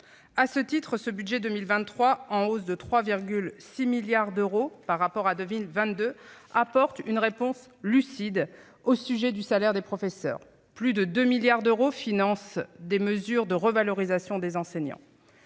ce projet de budget pour 2023, en hausse de 3,6 milliards d'euros par rapport à 2022, apporte une réponse lucide au problème du salaire des professeurs. Plus de 2 milliards d'euros financent des mesures de revalorisation des enseignants.